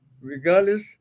regardless